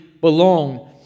belong